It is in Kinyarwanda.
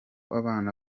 abana